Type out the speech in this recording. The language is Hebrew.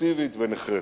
אקטיבית ונחרצת.